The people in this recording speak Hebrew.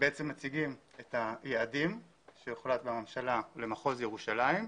כאשר מציגים את היעדים של הממשלה למחוז ירושלים,